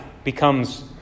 becomes